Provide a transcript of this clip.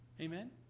Amen